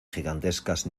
gigantescas